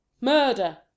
murder